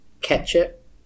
ketchup